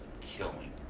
killing